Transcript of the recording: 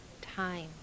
time